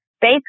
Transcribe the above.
Base